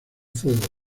fuego